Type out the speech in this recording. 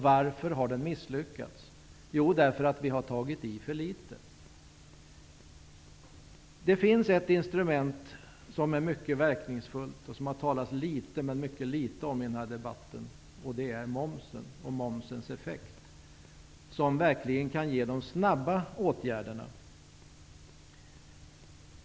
Varför har den misslyckats? Jo, därför att vi har tagit i för litet. Det finns ett mycket verkningsfullt instrument, men det har talats mycket litet om det i den här debatten. Det gäller momsen och dess effekter. Momsen kan verkligen innebära snabba åtgärder.